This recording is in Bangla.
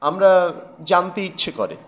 আমরা জানতে ইচ্ছে করে